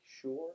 sure